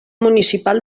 municipal